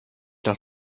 nach